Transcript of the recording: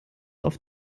auf